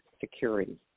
security